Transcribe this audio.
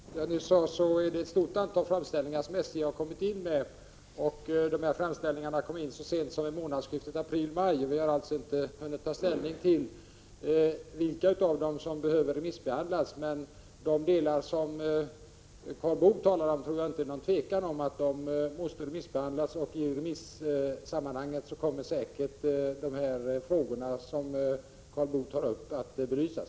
Prot. 1985/86:143 Herr talman! Som jag nyss sade, är det ett stort antal framställningar som 15 maj 1986 SJ har inkommit med, och de kom in så sent som i månadsskiftet april-maj. Vi har alltså inte hunnit ta ställning till vilka av dem som behöver remissbehandlas. Det är dock inget tvivel om att de delar som Karl Boo talar om måste remissbehandlas, och i remissen kommer säkert de frågor som Karl Boo tar upp att belysas.